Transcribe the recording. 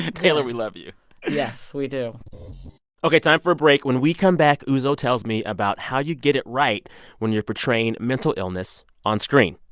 ah taylor, we love you yes, we do ok. time for a break. when we come back, uzo tells me about how you get it right when you're portraying mental illness on screen.